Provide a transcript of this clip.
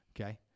Okay